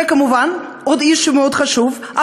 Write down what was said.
וכמובן עוד איש שהוא מאוד חשוב,